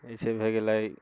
एहिसे भए गेलै